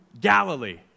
Galilee